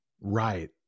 Right